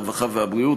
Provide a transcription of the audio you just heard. הרווחה והבריאות,